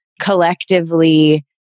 collectively